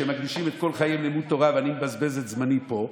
שמקדישים את כל חייהם ללימוד תורה ואני מבזבז את זמני פה,